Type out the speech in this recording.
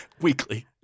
Weekly